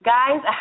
Guys